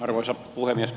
arvoisa puhemies